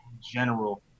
general